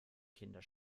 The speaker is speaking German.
kinder